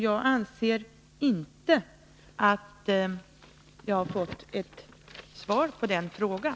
Jag anser inte att jag har fått ett svar på den frågan.